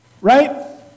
Right